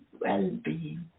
well-being